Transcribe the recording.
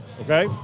Okay